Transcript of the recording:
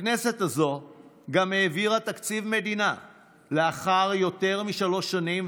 הכנסת הזאת גם העבירה תקציב מדינה לאחר יותר משלוש שנים,